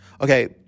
Okay